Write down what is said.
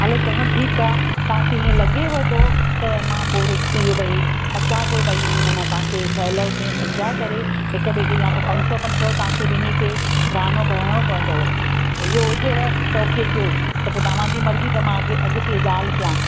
हलो चङो ठीकु आहे तव्हांखे ईअं लॻेव थो त मां पोइ रिस्त जो भई अचां थो भई मन तव्हांखे सलह में सम्झाए करे हिकु ॿिए खे या त पंज सौ पंज सौ तव्हांखे ॿिनि खे जुर्मानो भरणो पवंदव पोइ इहो हुजेव त ओके कयो त तव्हां जी मर्जी त मां अॻे अॻिते ॻाल्हि कयां